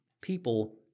people